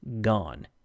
gone